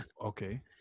okay